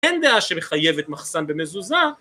אין דעה שמחייבת מחסן במזוזה.